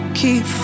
keep